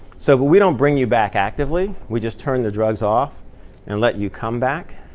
so but we don't bring you back actively. we just turn the drugs off and let you come back.